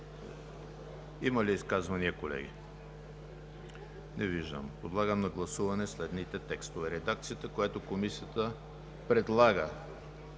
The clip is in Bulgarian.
Има ли изказвания, колеги? Не виждам. Подлагам на гласуване следните текстове: редакцията, която Комисията предлага